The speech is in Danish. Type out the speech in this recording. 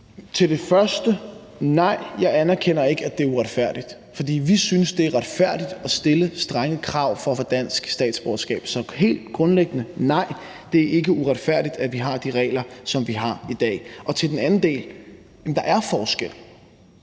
Til det første: Nej, jeg anerkender ikke, at det er uretfærdigt, fordi vi synes, det er retfærdigt at stille strenge krav for at få dansk statsborgerskab. Så helt grundlæggende: Nej, det er ikke uretfærdigt, at vi har de regler, som vi har i dag. Og til den anden del: Jamen der er forskel